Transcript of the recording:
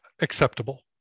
Acceptable